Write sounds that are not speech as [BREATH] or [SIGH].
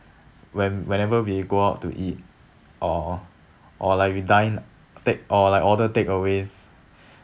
when whenever we go out to eat or or like we dine in take or like order takeaways [BREATH]